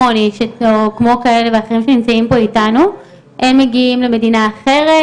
חרשים שמגיעים למדינה אחרת,